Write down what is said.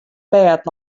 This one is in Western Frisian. bêd